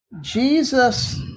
Jesus